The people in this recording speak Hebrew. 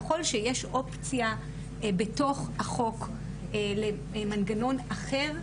ככל שיש אופציה בתוך החוק למנגנון אחר,